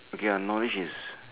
okay ah knowledge is